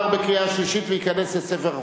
התשע"ב 2012,